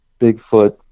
Bigfoot